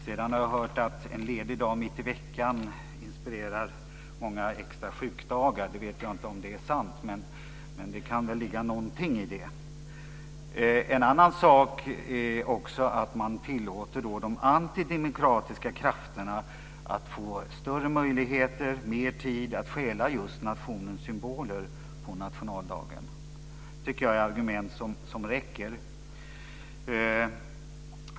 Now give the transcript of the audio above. Sedan har jag hört att en ledig dag mitt i veckan inspirerar många extra sjukdagar. Jag vet inte om det är sant, men det kan ligga någonting i det. En annan sak är att man tillåter de antidemokratiska krafterna att få större möjligheter och mer tid att stjäla nationens symboler på nationaldagen. Det tycker jag är argument som räcker.